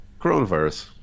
coronavirus